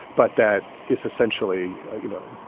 but that is essentially, you know,